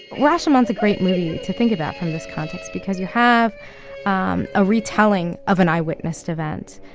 rashomon is a great movie to think about from this context because you have um a retelling of an eyewitnessed event.